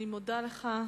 אני מודה לך.